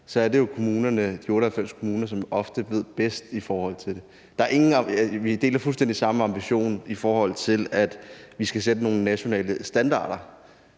– er det jo, fordi de 98 kommuner ofte ved bedst i forhold til det. Vi deler fuldstændig samme ambition om, at vi skal sætte nogle nationale standarder